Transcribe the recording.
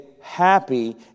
happy